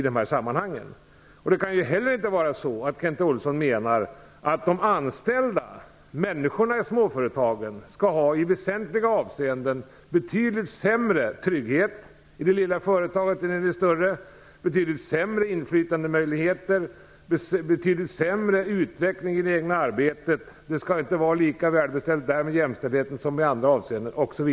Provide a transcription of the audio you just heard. Det kan inte heller vara så att Kent Olsson menar att de anställda människorna i småföretagen i vissa avseenden skall ha betydligt sämre trygghet, betydligt sämre inflytandemöjligheter och betydligt sämre utveckling i det egna arbetet, eller att det inte skall vara lika välbeställt med jämställdheten där som i andra avseenden.